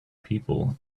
people